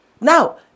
Now